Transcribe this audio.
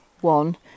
one